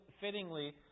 fittingly